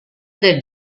del